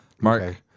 Mark